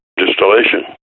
distillation